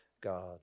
God